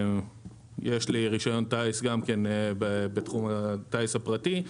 יש לי רישיון טייס גם כן בתחום הטייס הפרטי,